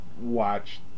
watch